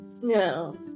No